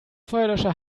feuerlöscher